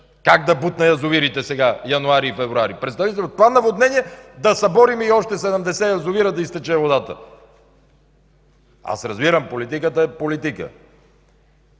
Как да бутна язовирите сега през януари и февруари? Представете си в това наводнение да съборим и от още 70 язовира да изтече водата?! Аз разбирам – политиката е политика,